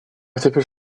теперь